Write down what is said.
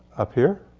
up here.